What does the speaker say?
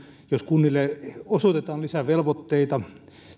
jos kunnille osoitetaan lisävelvoitteita